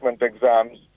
exams